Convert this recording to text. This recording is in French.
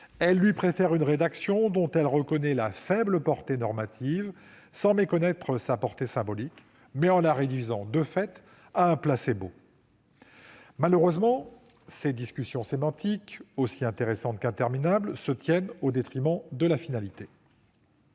Elle lui préfère une rédaction dont elle reconnaît la faible portée normative, sans méconnaître sa portée symbolique, mais en la réduisant à un placebo. Malheureusement, ces discussions sémantiques, aussi intéressantes qu'interminables, se tiennent au détriment de la finalité.